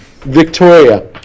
Victoria